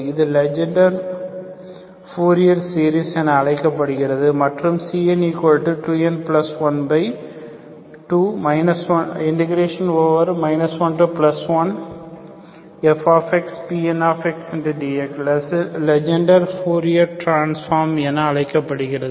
இது Legendre Fourier series என அழைக்கப்படுகிறது மற்றும் Cn 2n12 11fxPndx Legendre Fourier transform என அழைக்கப்படுகிறது